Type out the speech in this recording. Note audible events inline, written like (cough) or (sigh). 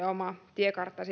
(unintelligible) oma tiekartta (unintelligible)